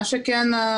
מה שכן,